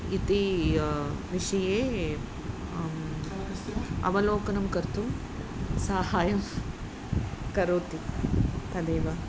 इति विषये अवलोकनं कर्तुं साहाय्यं करोति तदेव